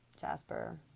Jasper